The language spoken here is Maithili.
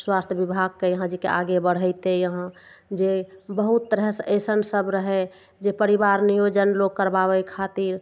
स्वास्थ विभागके यहाँ जे कि आगे बढ़ेतय यहाँ जे बहुत तरहसँ अइसन सब रहय जे परिवार नियोजन लोक करबाबय खातिर